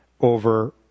over